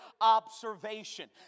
observation